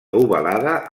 ovalada